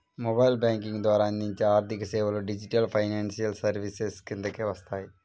mobile banking ద్వారా అందించే ఆర్థికసేవలు డిజిటల్ ఫైనాన్షియల్ సర్వీసెస్ కిందకే వస్తాయి